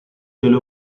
delle